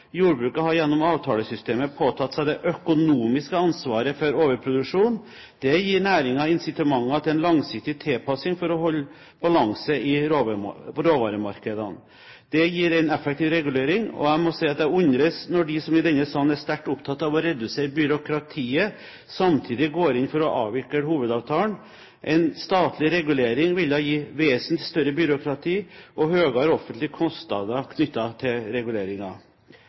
Jordbruket har gjennom avtalesystemet påtatt seg det økonomiske ansvaret for overproduksjon. Det gir næringen incitamenter til en langsiktig tilpasning for å holde balanse i råvaremarkedene. Det gir en effektiv regulering, og jeg må si at jeg undres når de som i denne salen er sterkt opptatt av å redusere byråkratiet, samtidig går inn for å avvikle hovedavtalen. En statlig regulering ville gitt vesentlig større byråkrati og høyere offentlige kostnader knyttet til